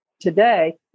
today